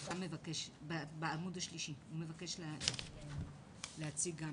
הוא מציג את